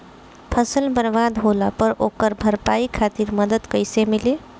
फसल बर्बाद होला पर ओकर भरपाई खातिर मदद कइसे मिली?